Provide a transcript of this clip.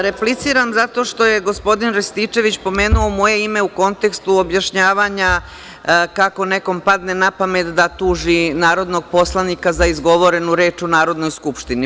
Repliciram zato što je gospodin Rističević pomenuo moje ime u kontekstu objašnjavanja kako nekom padne na pamet da tuži narodnog poslanika za izgovorenu reč u Narodnoj skupštini.